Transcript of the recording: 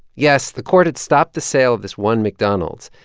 yes, the court had stopped the sale of this one mcdonald's,